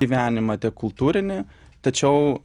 gyvenimą tiek kultūrinį tačiau